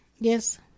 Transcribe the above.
Yes